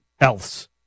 else